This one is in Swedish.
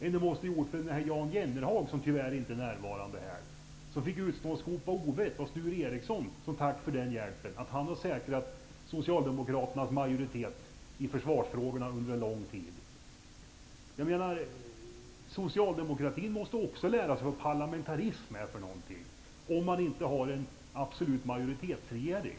än det måste ha gjort för Jan Jennehag -- tyvärr är han inte närvarande -- som fick stå ut med en skopa ovett av Sture Ericson som tack för den hjälpen att han säkrat Socialdemokraterna majoritet i försvarsfrågorna under en lång tid. Socialdemokratin måste också lära sig vad parlamentarism är för någonting, om man inte har en absolut majoritetsregering.